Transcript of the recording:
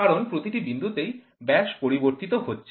কারণ প্রতিটি বিন্দুতেই ব্যাস পরিবর্তিত হচ্ছে